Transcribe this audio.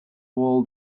world